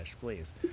please